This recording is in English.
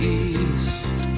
east